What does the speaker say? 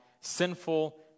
sinful